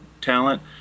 talent